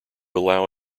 allow